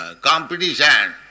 competition